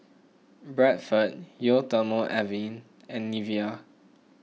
Bradford Eau thermale Avene and Nivea